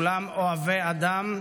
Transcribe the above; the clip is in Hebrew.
כולם אוהבי אדם,